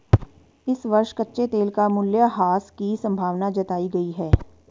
इस वर्ष कच्चे तेल का मूल्यह्रास की संभावना जताई गयी है